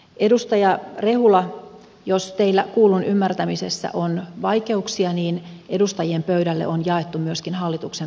edustaja rehula jos teillä kuullun ymmärtämisessä on vaikeuksia niin edustajien pöydille on jaettu hallituksen vastaus myöskin kirjallisena